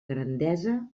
grandesa